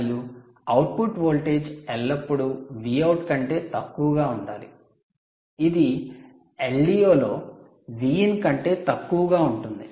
మరియు output voltage ఎల్లప్పుడూ Vout కంటే తక్కువగా ఉండాలి ఇది LDO లో Vin కంటే తక్కువగా ఉంటుంది